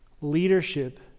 leadership